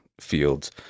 fields